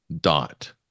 dot